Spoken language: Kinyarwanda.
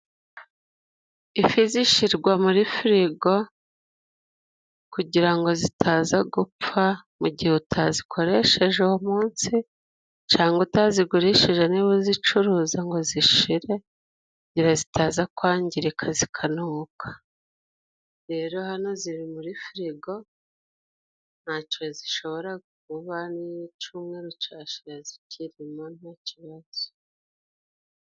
Ifi zishirwa muri firigo kugira ngo zitaza gupfa, mu gihe utazikoresheje uwo munsi, cangwa utazigurishije niba uzicuruza ngo zishire, kugira zitaza kwangirika zikanuka. Rero hano ziri muri firigo ntacyo zishobora kuba, n'icumweru cashira zikirimo nta kibazo.